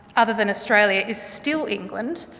other than australia is still england,